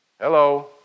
Hello